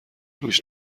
روش